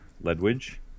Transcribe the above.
Ledwidge